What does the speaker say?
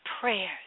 prayers